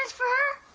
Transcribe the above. for her.